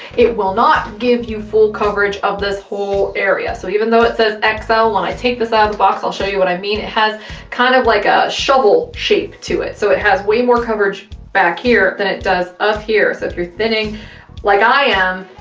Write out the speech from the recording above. it will not give you full coverage of this whole area. so even though it says xl, when i take this out of the box, i'll show you what i mean. it has kind of like a shovel shape to it. so it has way more coverage back here than it does up here. so if you're thinning like i am,